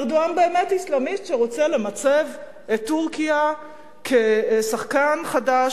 ארדואן באמת אסלאמיסט שרוצה למצב את טורקיה כשחקן חדש,